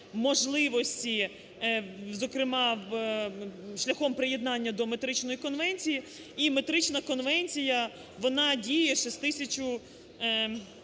можливості, зокрема шляхом приєднання до Метричної конвенції. І Метрична конвенція, вона діє ще